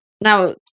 Now